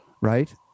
right